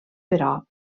però